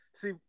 See